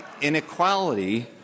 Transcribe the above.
inequality